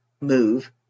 move